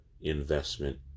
investment